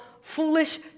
foolish